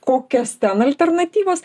kokias ten alternatyvos